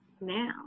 now